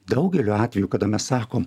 daugeliu atvejų kada mes sakom